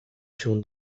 się